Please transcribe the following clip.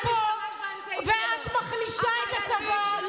לפודיום, ולדבר ולהחליש את הצבא,